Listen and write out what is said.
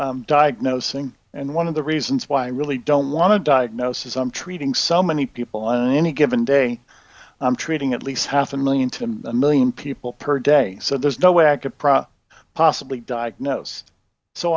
of diagnosing and one of the reasons why i really don't want to diagnose is i'm treating so many people on any given day i'm treating at least half a million to a million people per day so there's no way i could profit possibly diagnose so